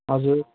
हजुर